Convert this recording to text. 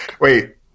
Wait